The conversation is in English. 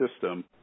system